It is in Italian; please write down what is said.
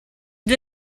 due